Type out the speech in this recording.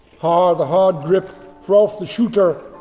har the hard-grip, hrolf the shooter.